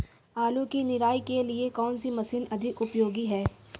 आलू की निराई के लिए कौन सी मशीन अधिक उपयोगी है?